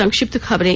संक्षिप्त खबरें